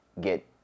get